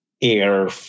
air